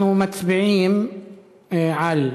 אנחנו מצביעים על,